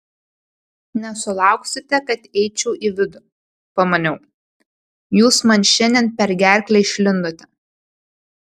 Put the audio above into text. nesulauksite kad eičiau į vidų pamaniau jūs man šiandien per gerklę išlindote